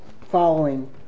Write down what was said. following